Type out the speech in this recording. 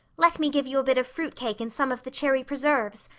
let me give you a bit of fruit cake and some of the cherry preserves.